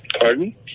pardon